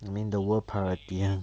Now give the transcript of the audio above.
you mean the world priority